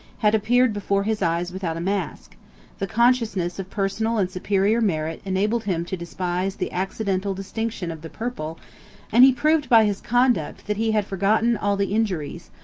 had appeared before his eyes without a mask the consciousness of personal and superior merit enabled him to despise the accidental distinction of the purple and he proved by his conduct, that he had forgotten all the injuries,